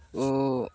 ଓ